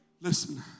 listen